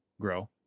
grow